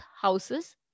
houses